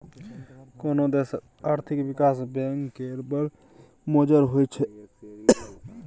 कोनो देशक आर्थिक बिकास मे बैंक केर बड़ मोजर होइ छै